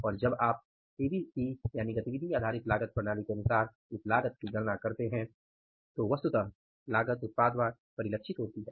और जब आप एबीसी के अनुसार इस लागत की गणना करते हैं तो वस्तुतः लागत उत्पादवार परिलक्षित होती है